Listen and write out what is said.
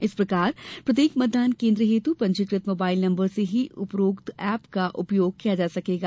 इस प्रकार प्रत्येक मतदान केन्द्र हेत् पंजीकृत मोबाईल नम्बर से ही उपरोक्त एप का उपयोग किया जा सकेगा